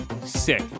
sick